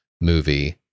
movie